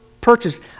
purchase